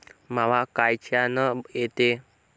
मावा कायच्यानं येते?